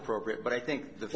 appropriate but i think the